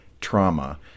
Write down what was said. trauma